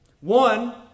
One